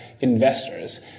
investors